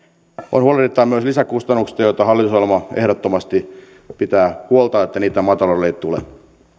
on huolehdittava myös lisäkustannuksista joista hallitusohjelma ehdottomasti pitää huolta että niitä maataloudelle ei tule